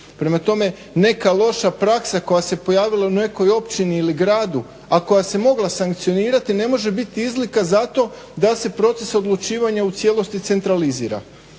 Prema tome neka loša praksa koja se pojavila u nekoj općini ili gradu a koja se mogla sankcionirati ne može bit izlika za to da se proces odlučivanja u cijelosti centralizira.